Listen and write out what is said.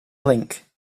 link